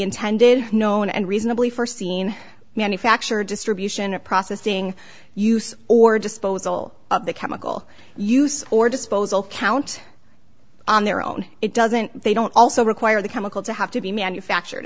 intended known and reasonably forseen manufacture distribution of processing use or disposal of the chemical use or disposal count on their own it doesn't they don't also require the chemical to have to be manufactured